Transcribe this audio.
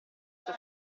sia